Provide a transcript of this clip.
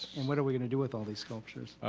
and what are we gonna do with all these sculptures?